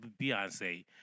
Beyonce